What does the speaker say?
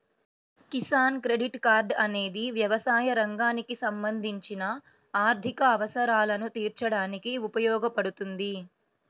Kisan credit card అనేది వ్యవసాయ రంగానికి సంబంధించిన ఆర్థిక అవసరాలను తీర్చడానికి ఉపయోగపడుతుంది